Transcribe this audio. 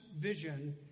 vision